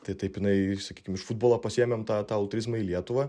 tai taip jinai sakykim iš futbolo pasiėmėm tą ultrizmą į lietuvą